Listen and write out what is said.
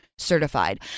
Certified